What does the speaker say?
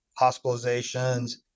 hospitalizations